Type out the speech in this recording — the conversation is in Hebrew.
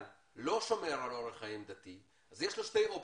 לא שומר על אורח חיים דתי יש לו שתי אופציות: